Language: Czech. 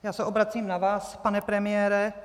Já se obracím na vás, pane premiére.